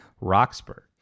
Roxburgh